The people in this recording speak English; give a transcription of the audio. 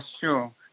sure